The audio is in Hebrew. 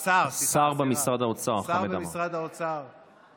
השר במשרד האוצר חמד עמאר.